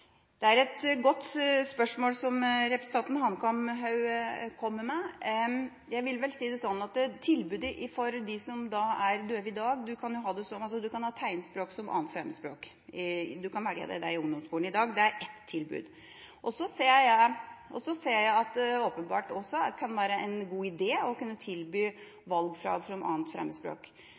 orde for et eneste tiltak som vil kunne bedre denne inkluderingen? Det er et godt spørsmål representanten Hanekamhaug stiller. Når det gjelder tilbudet til dem som er døve i dag, kan de ha tegnspråk som 2. fremmedspråk. Du kan velge det i ungdomsskolen i dag, det er ett tilbud. Så ser jeg også at det åpenbart kan være en god idé å kunne tilby valgfag i tegnspråk som 2. fremmedspråk.